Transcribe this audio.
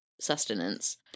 Sustenance